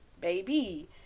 Baby